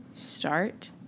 start